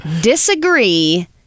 disagree